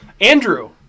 Andrew